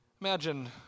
Imagine